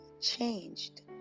changed